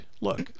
look